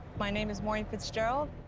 my name is maureen fitzgerald.